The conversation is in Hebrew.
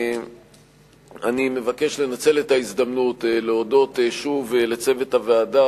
אני מבקש לנצל את ההזדמנות להודות שוב לצוות הוועדה,